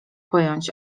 pojąć